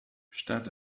statt